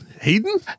Hayden